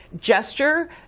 gesture